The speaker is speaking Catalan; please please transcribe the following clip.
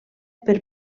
per